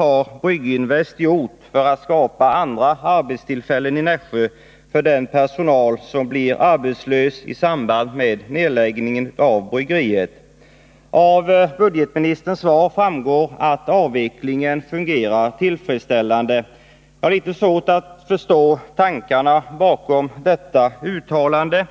Av budgetministerns svar framgår att avvecklingen fungerar tillfredsställande. Jag har litet svårt att förstå tankarna bakom detta uttalande.